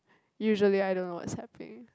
usually I don't know what's happening